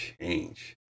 change